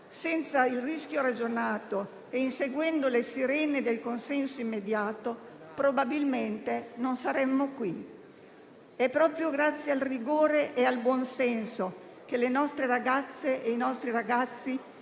senza il rischio ragionato, inseguendo invece le sirene del consenso immediato, probabilmente non saremmo qui. È proprio grazie al rigore e al buonsenso che le nostre ragazze e i nostri ragazzi